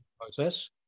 process